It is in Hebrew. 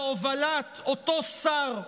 בהובלת אותו שר,